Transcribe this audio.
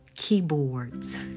keyboards